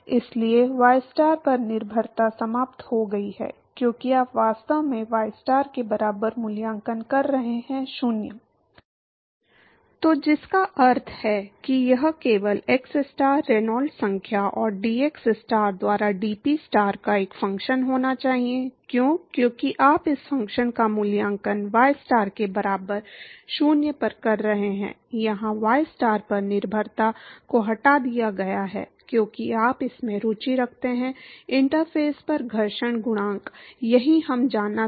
इसलिए ystar पर निर्भरता समाप्त हो गई है क्योंकि आप वास्तव में ystar के बराबर मूल्यांकन कर रहे हैं 0 तो जिसका अर्थ है कि यह केवल xstar रेनॉल्ड्स संख्या और dxstar द्वारा dPstar का एक फ़ंक्शन होना चाहिए क्यों क्योंकि आप इस फ़ंक्शन का मूल्यांकन ystar के बराबर 0 पर कर रहे हैं यहां y स्टार पर निर्भरता को हटा दिया गया है क्योंकि आप इसमें रुचि रखते हैं इंटरफ़ेस पर घर्षण गुणांक यही हम जानना चाहते हैं